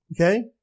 okay